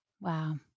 Wow